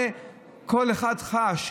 את זה כל אחד חש.